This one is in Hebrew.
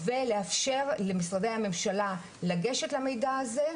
ולאפשר למשרדי הממשלה לגשת למידע הזה,